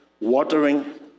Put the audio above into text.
watering